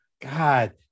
God